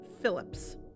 Phillips